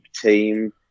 team